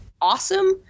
awesome